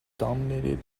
dominated